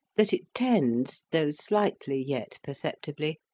that it tends, though slightly yet perceptibly,